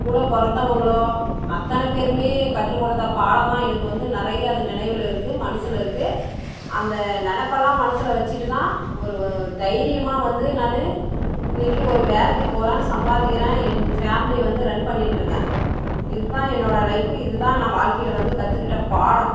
கூட பிறந்தவங்களோ அத்தனை பேருமே கற்றுக் கொடுத்த பாடம் தான் எனக்கு வந்து நிறைய அது நினைவுல இருக்கு மனசில் இருக்கு அந்த நினப்பெல்லாம் மனசில் வச்சிகிட்டு தான் ஒரு வ தைரியமாக வந்து நான் இன்னைக்கு ஒரு வேலைக்கு போகறேன் சம்பாதிக்கிறேன் என் ஃபேமிலி வந்து ரன் பண்ணிகிட்டு இருக்கேன் இதுதான் என்னோட லைஃப்பு இதுதான் நான் வாழ்க்கையில் வந்து கற்றுக்கிட்ட பாடம்